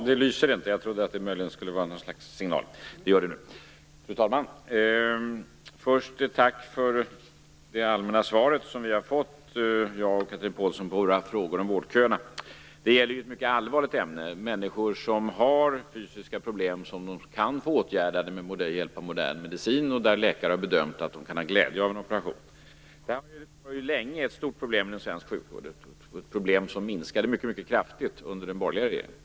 Fru talman! Först vill jag tacka för det allmänna svar som Chatrine Pålsson och jag har fått på våra frågor om vårdköerna. Detta gäller ett mycket allvarligt ämne, om människor som har fysiska problem som de kan få åtgärdade med hjälp av modern medicin och där läkare har bedömt att de kan ha glädje av en operation. Det har länge varit ett stort problem inom svensk sjukvård, men problemet minskade mycket kraftigt under den borgerliga regeringen.